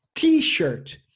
T-shirt